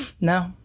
No